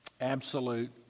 absolute